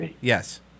Yes